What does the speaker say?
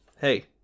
hey